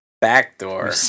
Backdoor